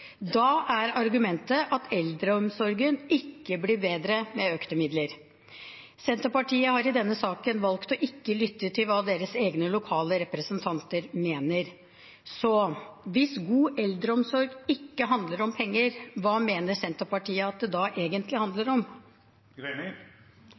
Da er argumentet at eldreomsorgen ikke blir bedre med økte midler. Senterpartiet har i denne saken valgt ikke å lytte til hva deres egne lokale representanter mener. Hvis god eldreomsorg ikke handler om penger, hva mener Senterpartiet at det da egentlig handler